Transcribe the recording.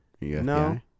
No